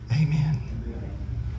Amen